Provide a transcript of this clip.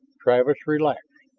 travis relaxed.